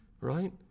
right